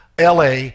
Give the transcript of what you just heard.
LA